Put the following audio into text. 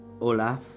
Olaf